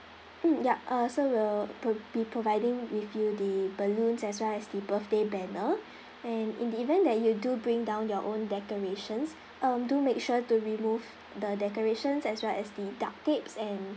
mm yup uh so we'll pro~ be providing with you the balloons as well as the birthday banner and in the event that you do bring down your own declarations um do make sure to remove the decorations as well as the duct tapes and